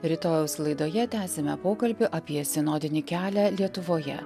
rytojaus laidoje tęsime pokalbį apie sinodinį kelią lietuvoje